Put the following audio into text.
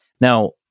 Now